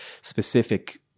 specific